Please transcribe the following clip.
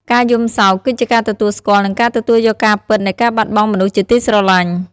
ការយំសោកគឺជាការទទួលស្គាល់ និងការទទួលយកការពិតនៃការបាត់បង់មនុស្សជាទីស្រឡាញ់។